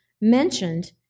mentioned